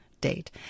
date